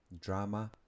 drama